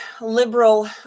liberal